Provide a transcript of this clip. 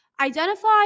Identify